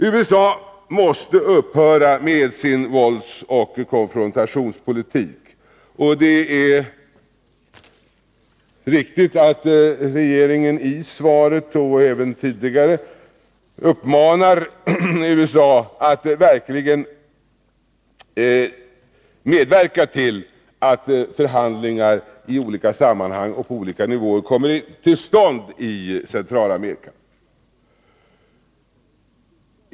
USA måste upphöra med sin våldsoch konfrontationspolitik. Det är riktigt att regeringen i svaret och även tidigare uppmanar USA att verkligen medverka till att förhandlingar i olika sammanhang och på olika nivåer kommer till stånd i Centralamerika.